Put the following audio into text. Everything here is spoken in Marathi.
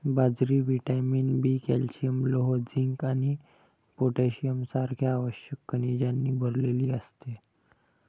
बाजरी व्हिटॅमिन बी, कॅल्शियम, लोह, झिंक आणि पोटॅशियम सारख्या आवश्यक खनिजांनी भरलेली असते